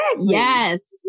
Yes